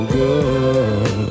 good